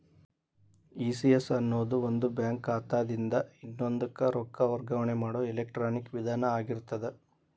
ECS ಅನ್ನೊದು ಒಂದ bank ಖಾತಾದಿನ್ದ ಇನ್ನೊಂದಕ್ಕ ರೊಕ್ಕ ವರ್ಗಾವಣೆ ಮಾಡೊ ಎಲೆಕ್ಟ್ರಾನಿಕ್ ವಿಧಾನ ಆಗಿರ್ತದ